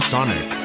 Sonic